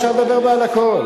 אפשר לדבר בה על הכול.